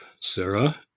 Sarah